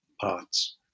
parts